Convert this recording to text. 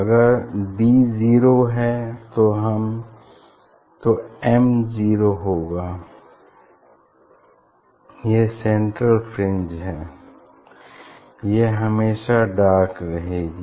अगर D zero है तो एम जीरो होगा यह सेंट्रल फ्रिंज है यह हमेशा डार्क रहेगी